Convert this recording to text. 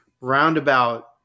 Roundabout